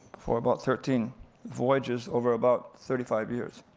for about thirteen voyages over about thirty five years.